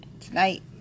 Tonight